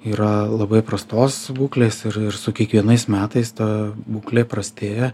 yra labai prastos būklės ir su kiekvienais metais ta būklė prastėja